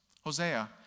Hosea